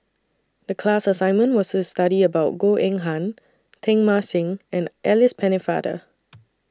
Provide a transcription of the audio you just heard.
The class assignment was IS study about Goh Eng Han Teng Mah Seng and Alice Pennefather